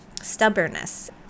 stubbornness